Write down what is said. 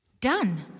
Done